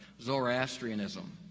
Zoroastrianism